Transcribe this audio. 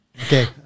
Okay